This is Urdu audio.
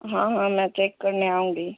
ہاں ہاں میں چیک کرنے آؤں گی